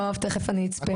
טוב, תיכף אני אצפה.